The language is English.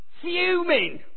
fuming